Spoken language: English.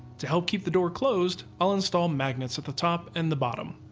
to help keep the door closed, i'll install magnets at the top and the bottom.